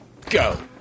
Go